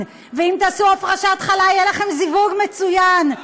ואם תעשו הפרשת חלה יהיה לכם זיווג מצוין.